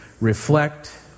reflect